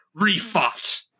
refought